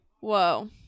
whoa